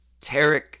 Tarek